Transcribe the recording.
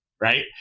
right